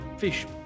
Fish